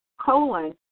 colon